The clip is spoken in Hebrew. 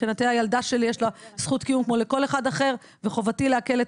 מבחינתי הילדה שלי יש לה זכות קיום כמו לכל אחד אחר וחובתי להקל את